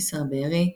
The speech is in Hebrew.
איסר בארי,